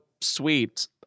sweet